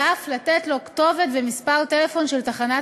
ואף לתת לו כתובת ומספר טלפון של תחנת